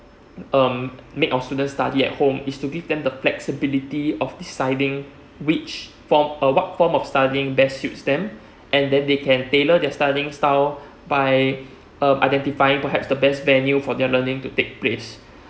um make our students study at home is to give them the flexibility of deciding which form uh what form of studying best suits them and then they can tailor their studying style by err identifying perhaps the best venue for their learning to take place